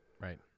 Right